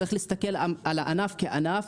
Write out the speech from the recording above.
להסתכל על הענף כענף,